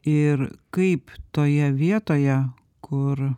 ir kaip toje vietoje kur